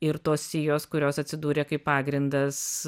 ir tos sijos kurios atsidūrė kaip pagrindas